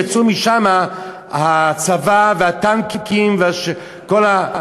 יצאו משם הצבא והטנקים וכל,